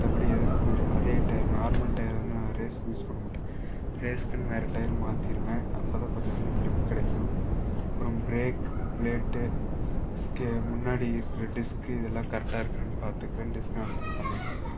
மற்றபடி எதுக்கும் அதே டயர் நார்மல் டயர் வந்து நான் ரேஸுக்கு யூஸ் பண்ண மாட்டேன் ரேஸுக்குன்னு வேறு டயர் மாத்திடுவேன் அப்போ தான் கொஞ்சம் வந்து க்ரிப் கிடைக்கும் அப்புறம் ப்ரேக் ப்ளேட்டு ஸ்கே முன்னாடி இருக்கிற டிஸ்க்கு இதெல்லாம் கரெக்டாக இருக்கான்னு பார்த்துக்குவேன் டிஸ்க்கு நான் ஃபிட் பண்ணது